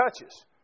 touches